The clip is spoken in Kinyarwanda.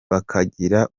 bakagira